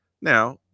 Now